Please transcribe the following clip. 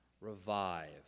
revive